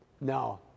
No